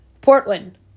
Portland